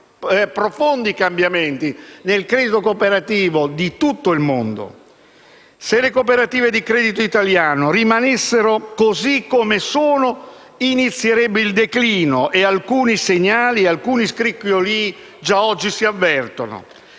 Se le cooperative di credito italiano rimanessero così come sono, inizierebbe il declino e alcuni segnali, alcuni scricchiolii già oggi si avvertono.